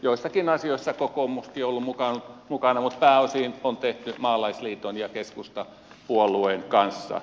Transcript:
joissakin asioissa kokoomuskin on ollut mukana mutta pääosin on tehty maalaisliiton ja keskustapuolueen kanssa